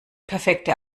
perfekte